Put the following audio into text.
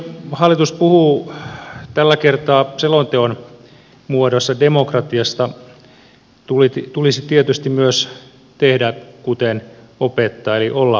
kun hallitus puhuu tällä kertaa selonteon muodossa demokratiasta tulisi tietysti myös tehdä kuten opettaa eli olla esimerkkinä